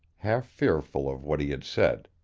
half fearful of what he had said.